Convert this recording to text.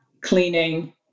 cleaning